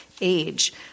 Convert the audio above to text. age